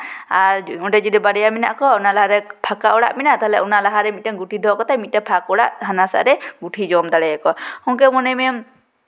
ᱟᱨ ᱚᱸᱰᱮ ᱡᱩᱫᱤ ᱵᱟᱨᱭᱟ ᱢᱮᱱᱟᱜ ᱠᱚᱣᱟ ᱚᱱᱟ ᱞᱟᱦᱟ ᱨᱮ ᱯᱷᱟᱸᱠᱟ ᱚᱲᱟᱜ ᱢᱮᱱᱟᱜᱼᱟ ᱛᱟᱦᱞᱮ ᱚᱱᱟ ᱞᱟᱦᱟ ᱨᱮ ᱢᱤᱫᱴᱮᱱ ᱜᱩᱴᱷᱤ ᱫᱚᱦᱚ ᱠᱟᱛᱮ ᱢᱤᱫᱴᱮᱱ ᱯᱷᱟᱸᱠ ᱚᱲᱟᱜ ᱦᱟᱱᱟ ᱥᱟ ᱨᱮᱱ ᱜᱩᱴᱷᱤᱭ ᱡᱚᱢ ᱫᱟᱲᱮᱭᱟᱠᱚᱣᱟ ᱚᱱᱠᱟ ᱢᱚᱱᱮ ᱢᱮ